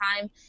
time